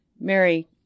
Mary